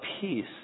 peace